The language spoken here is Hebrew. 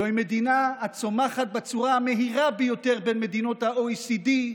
זוהי מדינה הצומחת בצורה המהירה ביותר בין מדינות ה-OECD,